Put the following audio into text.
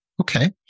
Okay